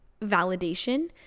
validation